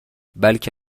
بلکه